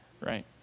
right